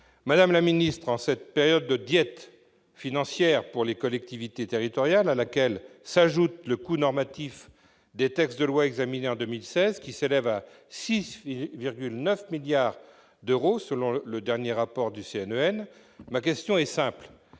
Madame la ministre, en cette période de diète financière pour les collectivités territoriales, à laquelle s'ajoute le coût normatif des textes de loi examinés en 2016, qui s'élève, selon le dernier rapport du CNEN, à 6,9 milliards